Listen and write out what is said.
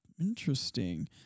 Interesting